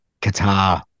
Qatar